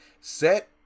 set